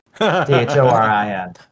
D-H-O-R-I-N